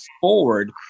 forward